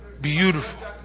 Beautiful